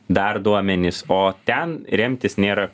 dar duomenis o ten remtis nėra